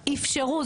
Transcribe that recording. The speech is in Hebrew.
אפשרו,